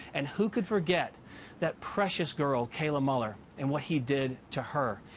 and who could forget that precious girl, kayla mueller? and what he did to her?